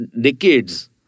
decades